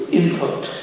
input